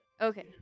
Okay